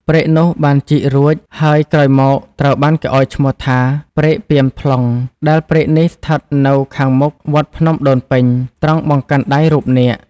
ព្រែកនោះបានជីករួច ហើយក្រោយមកត្រូវបានគេឱ្យឈ្មោះថា "ព្រែកពាមផ្លុង" ដែលព្រែកនេះស្ថិតនៅខាងមុខ វត្តភ្នំដូនពេញ ត្រង់បង្កាន់ដៃរូបនាគ។